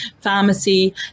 pharmacy